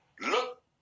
Look